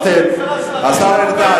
השר ארדן.